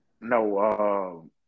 No